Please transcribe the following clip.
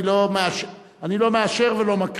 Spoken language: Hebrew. אני לא מאשר ולא מכחיש.